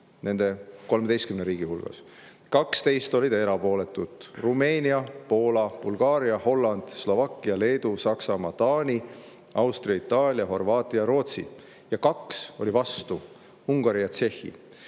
nende 13 riigi hulgas. 12 olid erapooletud: Rumeenia, Poola, Bulgaaria, Holland, Slovakkia, Leedu, Saksamaa, Taani, Austria, Itaalia, Horvaatia ja Rootsi. Ja 2 olid vastu: Ungari ja Tšehhi.